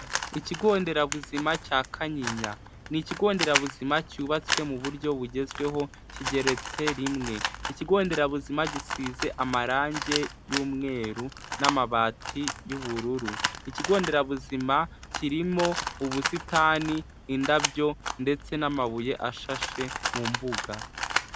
Ikigo nderabuzima cya Kanyinya, ni ikigo nderabuzima cyubatswe mu buryo bugezweho kigeretse rimwe, ikigo nderabuzima gisize amarange y'umweru n'amabati y'ubururu, ikigo nderabuzima kirimo ubusitani, indabyo ndetse n'amabuye ashashe mu mbuga.